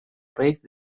проект